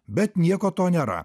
bet nieko to nėra